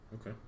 Okay